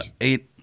Eight